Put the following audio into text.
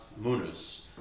munus